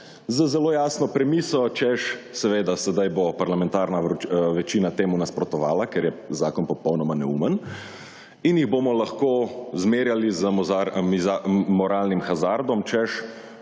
z zelo jasno premiso, češ, seveda, sedaj bo parlamentarna večina temu nasprotovala, ker je zakon popolnoma neumen in jih bomo lahko zmerjali z moralnim hazardom, češ,